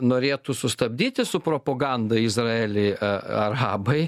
norėtų sustabdyti su propaganda izraelį arabai